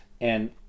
And-